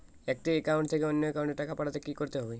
একটি একাউন্ট থেকে অন্য একাউন্টে টাকা পাঠাতে কি করতে হবে?